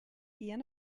ian